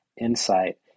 insight